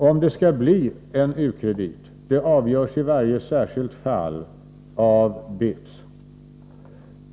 Om det skall bli en u-kredit avgörs i varje särskilt fall av BITS.